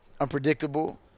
unpredictable